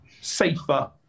safer